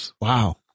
Wow